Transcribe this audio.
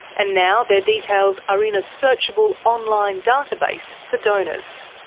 and now their details are in a searchable online database for donors.